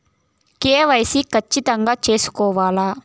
KYC ఖచ్చితంగా సేసుకోవాలా